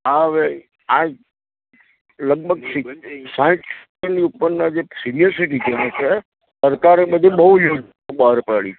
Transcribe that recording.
આ આ લગભગ સાહીઠની ઉપરના જે સિનિયર સિટીજનો છે સરકારે બધી બહુ યોજના બહાર પાડી